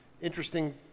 interesting